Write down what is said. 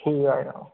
ठीक ऐ जनाब